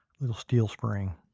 little steel spring.